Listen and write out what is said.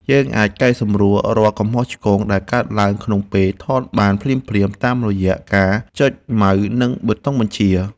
យើងអាចកែសម្រួលរាល់កំហុសឆ្គងដែលកើតឡើងក្នុងពេលថតបានភ្លាមៗតាមរយៈការចុចម៉ៅស៍ និង ប៊ូតុងបញ្ជា។